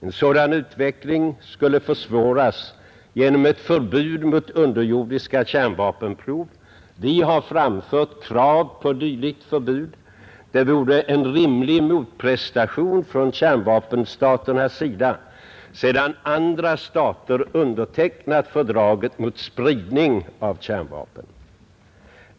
En sådan utveckling skulle försvåras genom ett förbud mot underjordiska kärnvapenprov. Vi har framfört krav på ett dylikt förbud. Det vore en rimlig motprestation från kärnvapenstaternas sida, sedan andra stater undertecknat fördraget mot spridning av kärnvapen.